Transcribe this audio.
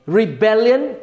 rebellion